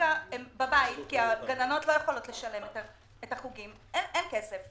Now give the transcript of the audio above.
שכרגע הם בבית כי הגננות לא יכולות לשלם את החוגים כי אין כסף.